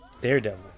Daredevil